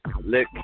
lick